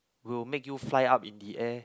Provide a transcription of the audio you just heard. will make you fly up in the air